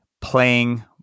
playing